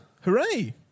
hooray